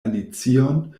alicion